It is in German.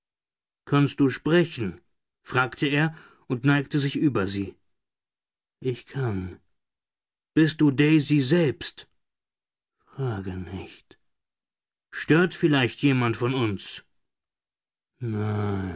kannst du sprechen fragte er und neigte sich über sie ich kann bist du daisy selbst frage nicht stört vielleicht jemand von uns